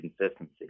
consistency